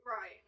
Right